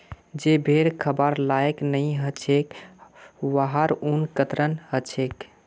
जे भेड़ खबार लायक नई ह छेक वहार ऊन कतरन ह छेक